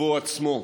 ובו עצמו.